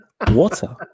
Water